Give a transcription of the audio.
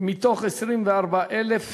מתוך 24,000